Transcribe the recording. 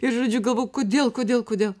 ir žodžiu galvojau kodėl kodėl kodėl